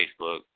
Facebook